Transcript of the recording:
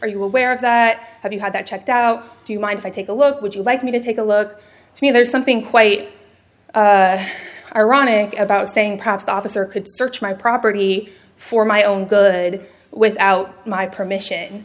are you aware of that have you had that checked out do you mind if i take a look would you like me to take a look i mean there's something quite ironic about saying perhaps the officer could search my property for my own good without my permission